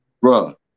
Bro